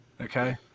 Okay